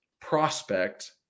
prospect